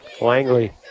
Langley